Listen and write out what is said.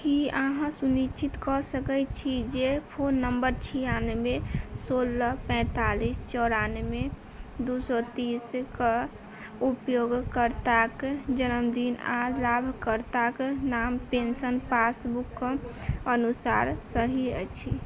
की अहाँ सुनिश्चित कऽ सकैत छी जे फोन नंबर छिआनवे सोलह पैंतालिस चौरानबे दू सए तीस कऽ उपयोगकर्ताक जन्मदिन आ लाभकर्ताके नाम पेंशन पासबुकके अनुसार सही अछि